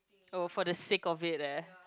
oh for the sake of it eh